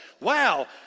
wow